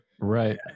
Right